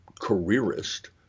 careerist